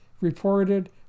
reported